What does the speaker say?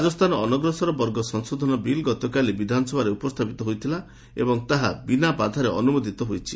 ରାଜସ୍ଥାନ ଅନଗ୍ରସର ବର୍ଗ ସଂଶୋଧନ ବିଲ୍ ଗତକାଲି ବିଧାନସଭାରେ ଉପସ୍ଥାପିତ ହୋଇଥିଲା ଏବଂ ତାହା ବିନା ବାଧାରେ ଅନୁମୋଦିତ ହୋଇଛି